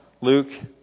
Luke